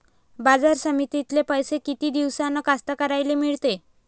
बाजार समितीतले पैशे किती दिवसानं कास्तकाराइले मिळते?